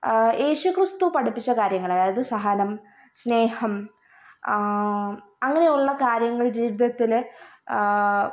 യേശുക്രിസ്തു പഠിപ്പിച്ച കാര്യങ്ങൾ അതായത് സഹനം സ്നേഹം അങ്ങനെയുള്ള കാര്യങ്ങൾ ജീവിതത്തിൽ